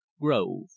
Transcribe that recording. Grove